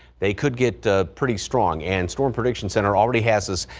they could get a pretty strong and storm prediction center already has us.